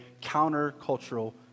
counter-cultural